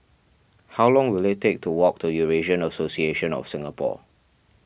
how long will it take to walk to Eurasian Association of Singapore